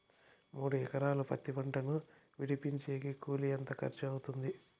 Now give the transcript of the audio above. మూడు ఎకరాలు పత్తి పంటను విడిపించేకి కూలి ఎంత ఖర్చు అవుతుంది?